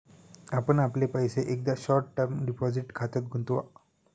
आपण आपले पैसे एकदा शॉर्ट टर्म डिपॉझिट खात्यात गुंतवा